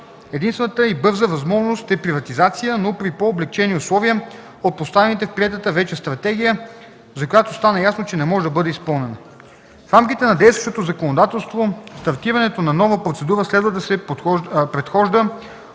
единствената и бърза възможност е приватизация, но при по-облекчени условия от поставените в приетата вече стратегия, за която стана ясно, че не може да бъде изпълнена. В рамките на действащото законодателство стартирането на нова процедура следва да се предхожда